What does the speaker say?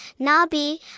Nabi